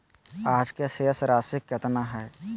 आज के शेष राशि केतना हइ?